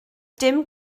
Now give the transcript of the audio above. dim